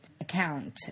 account